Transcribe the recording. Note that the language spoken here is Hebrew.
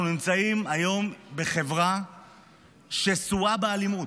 אנחנו נמצאים היום בחברה שסועה באלימות,